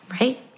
Right